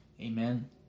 Amen